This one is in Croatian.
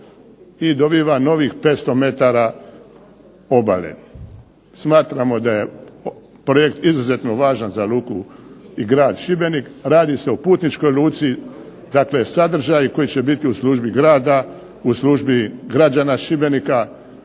i dobiva novih 500 metara obale. Smatramo da je projekt izuzetno važan za luku i grad Šibenik. Radi se o putničkoj luci, dakle sadržaji koji će biti u službi grada, u službi građana Šibenika,